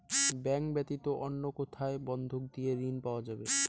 Bank ব্যাতীত অন্য কোথায় বন্ধক দিয়ে ঋন পাওয়া যাবে?